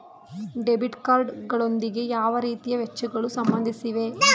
Debit card ಗಳೊಂದಿಗೆ ಯಾವ ರೀತಿಯ ವೆಚ್ಚಗಳು ಸಂಬಂಧಿಸಿವೆ?